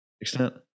extent